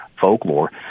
folklore